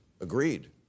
Agreed